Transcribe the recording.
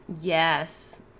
Yes